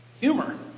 humor